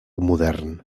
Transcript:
modern